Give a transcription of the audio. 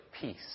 peace